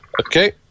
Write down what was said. Okay